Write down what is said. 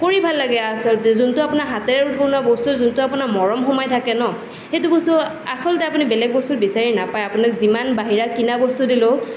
কৰি ভাল লাগে আচলতে যোনটো আপোনাৰ হাতেৰে বনোৱা বস্তু যোনটো আপোনাৰ মৰম সোমাই থাকে ন সেইটো বস্তু আচলতে আপুনি বেলেগ বস্তু বিচাৰি নাপাই আপোনাৰ যিমান বাহিৰা কিনা বস্তু দিলেও